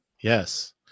Yes